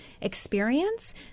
experience